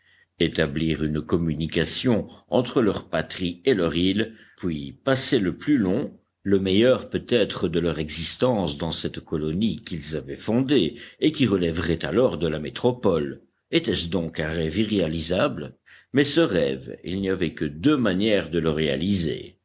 établir une communication entre leur patrie et leur île puis passer le plus long le meilleur peut-être de leur existence dans cette colonie qu'ils avaient fondée et qui relèverait alors de la métropole était-ce donc un rêve irréalisable mais ce rêve il n'y avait que deux manières de le réaliser